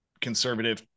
conservative